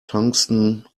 tungsten